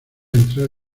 entrar